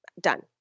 Done